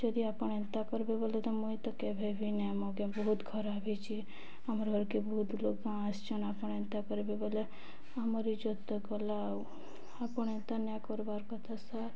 ଯଦି ଆପଣ ଏନ୍ତା କରିବେ ବଲେ ତ ମୁଇଁ ତ କେବେ ବି ନି ମଗାଇବି ବହୁତ ଖରାପ ହେଇଛି ଆମର ଘରକେ ବହୁତ ଲୋକା ଆସିଛନ୍ ଆପଣ ଏନ୍ତା କରିବେ ବୋଲେ ଆମରି ଇଯତ ଗଲା ଆଉ ଆପଣ ଏନ୍ତା ନାଏଁ କରବାର୍ କଥା ସାର୍